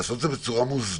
לעשות את זה בצורה מוסדרת.